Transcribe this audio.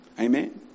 Amen